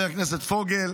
חבר הכנסת פוגל,